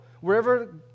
Wherever